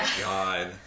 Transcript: god